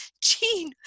Gene